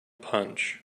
punch